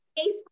space